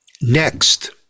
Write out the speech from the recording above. Next